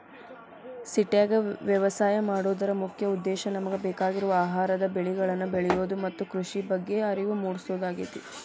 ಸಿಟ್ಯಾಗ ವ್ಯವಸಾಯ ಮಾಡೋದರ ಮುಖ್ಯ ಉದ್ದೇಶ ನಮಗ ಬೇಕಾಗಿರುವ ಆಹಾರದ ಬೆಳಿಗಳನ್ನ ಬೆಳಿಯೋದು ಮತ್ತ ಕೃಷಿ ಬಗ್ಗೆ ಅರಿವು ಮೂಡ್ಸೋದಾಗೇತಿ